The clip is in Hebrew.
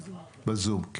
בזום.